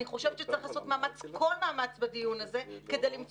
אני חושבת שצריך לעשות כל מאמץ בדיון הזה כדי למצוא